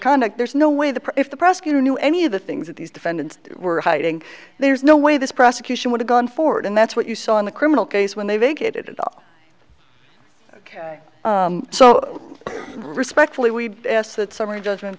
conduct there's no way the if the prosecutor knew any of the things that these defendants were hiding there's no way this prosecution would have gone forward and that's what you saw in the criminal case when they vacated it all ok so respectfully we asked that summary judgment